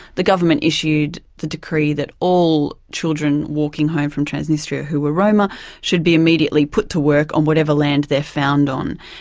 the government issued a decree that all children walking home from trans-dniester who were roma should be immediately put to work on whatever land they're found on,